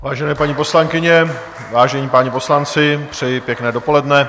Vážené paní poslankyně, vážení páni poslanci, přeji pěkné dopoledne.